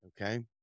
okay